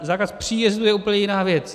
Zákaz příjezdu je úplně jiná věc.